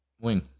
Wing